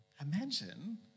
Imagine